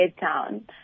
Town